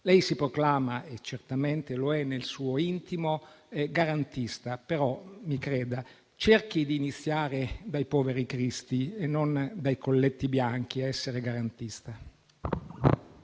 Lei si proclama - e certamente lo è nel suo intimo - garantista, però mi creda: cerchi di iniziare dai poveri cristi e non dai colletti bianchi ad essere garantista.